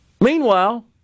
Meanwhile